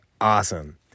awesome